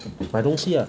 买东西 ah